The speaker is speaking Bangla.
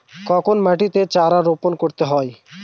কখন মাটিতে চারা রোপণ করতে হয়?